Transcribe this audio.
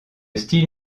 style